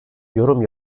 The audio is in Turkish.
yorum